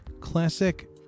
classic